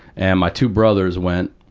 and my two brothers went,